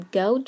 go